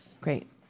great